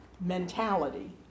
mentality